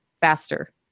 faster